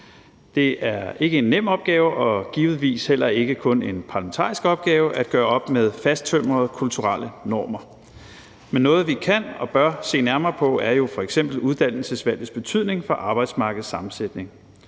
Det er ikke en nem opgave og givetvis heller ikke kun en parlamentarisk opgave at gøre op med fasttømrede kulturelle normer. Men noget, vi kan og bør se nærmere på, er jo f.eks. uddannelsesvalgets betydning for arbejdsmarkedets sammensætning.